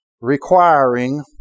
requiring